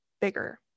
bigger